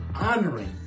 honoring